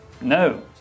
No